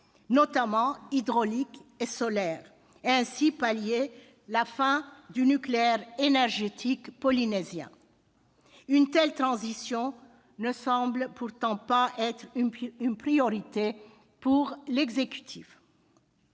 notamment hydraulique et solaire, et ainsi de pallier la fin du nucléaire énergétique polynésien. Une telle transition ne semble pourtant pas être une priorité pour l'exécutif.